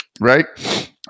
right